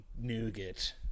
nougat